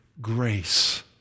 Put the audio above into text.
grace